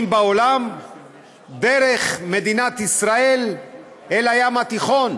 בעולם דרך מדינת ישראל אל הים התיכון.